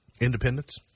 independence